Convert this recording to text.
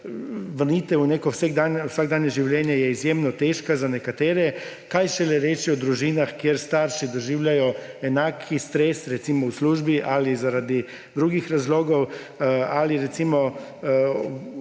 v neko vsakdanje življenje je izjemno težka za nekatere, kaj šele reči o družinah, kjer starši doživljajo enak stres, recimo, v službi ali zaradi drugih razlogov ali, recimo, v